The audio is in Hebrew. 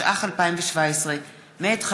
התשע"ח 2017. לדיון מוקדם,